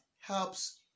helps